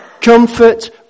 comfort